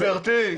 גברתי,